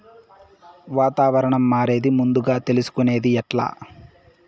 వాతావరణం మారేది ముందుగా తెలుసుకొనేది ఎట్లా?